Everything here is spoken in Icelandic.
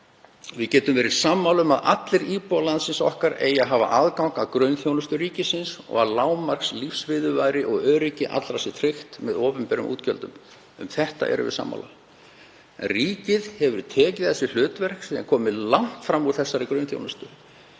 Við getum verið sammála um að allir íbúar landsins okkar eigi að hafa aðgang að grunnþjónustu ríkisins og að lágmarkslífsviðurværi og öryggi allra sé tryggt með opinberum útgjöldum. Um þetta erum við sammála. En ríkið hefur tekið að sér hlutverk sem er komið langt fram úr þessari grunnþjónustu.